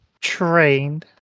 trained